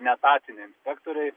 neetatiniai inspektoriai